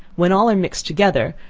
when all are mixed together,